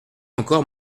encore